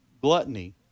Gluttony